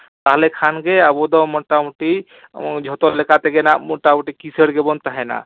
ᱛᱟᱦᱞᱮ ᱠᱷᱟᱱ ᱜᱮ ᱟᱵᱚ ᱫᱚ ᱢᱚᱴᱟᱢᱩᱴᱤ ᱡᱷᱚᱛᱚ ᱞᱮᱠᱟ ᱛᱮᱜᱮ ᱱᱟᱜ ᱢᱚᱴᱟᱢᱩᱴᱤ ᱠᱤᱥᱟᱹᱬ ᱜᱮᱵᱚᱱ ᱛᱟᱦᱮᱱᱟ